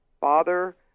Father